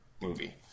movie